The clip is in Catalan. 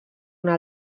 una